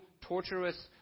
torturous